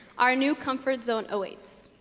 our new comfort zone awaits